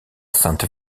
sainte